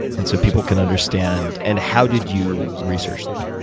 and so people can understand and how did you research them?